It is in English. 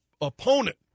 opponent